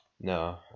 No